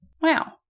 Wow